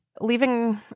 leaving